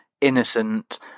innocent